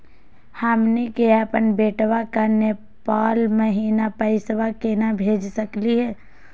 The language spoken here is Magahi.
हमनी के अपन बेटवा क नेपाल महिना पैसवा केना भेज सकली हे?